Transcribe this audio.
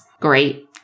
great